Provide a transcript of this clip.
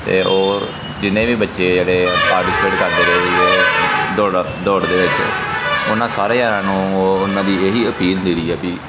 ਅਤੇ ਉਹ ਜਿੰਨੇ ਵੀ ਬੱਚੇ ਜਿਹੜੇ ਪਾਰਟੀਸਪੇਟ ਕਰਦੇ ਰਹੇ ਦੌੜਾ ਦੌੜ ਦੇ ਵਿੱਚ ਉਹਨਾਂ ਸਾਰੇ ਯਾਰਾਂ ਨੂੰ ਉਹਨਾਂ ਦੀ ਇਹ ਹੀ ਅਪੀਲ ਮਿਲੀ ਹੈ ਵੀ